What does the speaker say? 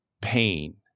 pain